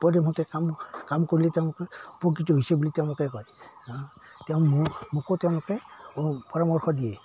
উপদেশ মতে কাম কাম কৰিলে তেওঁলোকে উপকৃত হৈছে বুলি তেওঁলোকে কয় তেওঁ মোক মোকো তেওঁলোকে পৰামৰ্শ দিয়ে